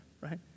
right